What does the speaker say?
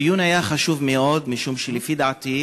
הדיון היה חשוב מאוד, משום שלפי דעתי,